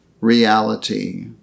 reality